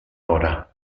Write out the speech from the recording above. ora